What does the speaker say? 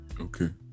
Okay